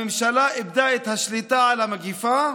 הממשלה איבדה את השליטה על המגפה,